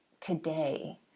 today